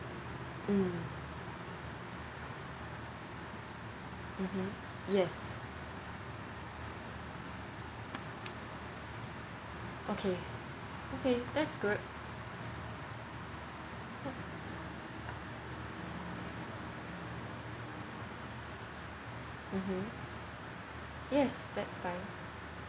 mm mmhmm yes okay okay that's good mmhmm yes that's fine